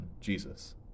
Jesus